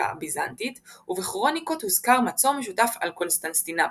הביזנטית ובכרוניקות הוזכר מצור משותף על קונסטנטינופול.